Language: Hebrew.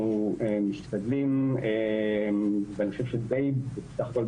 אנחנו משתדלים - ואני חושב שבסך הכל